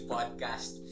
Podcast